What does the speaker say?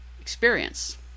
experience